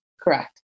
Correct